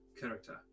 character